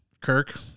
Kirk